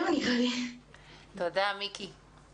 תודה, מיקה.